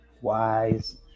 wise